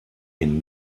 den